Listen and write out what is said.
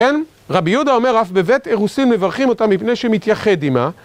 כן, רבי יהודה אומר, אף בבית אירוסים מברכים אותה מפני שמתייחד עמה.